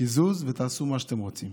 קיזוז, ותעשו מה שאתם רוצים.